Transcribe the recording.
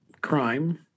crime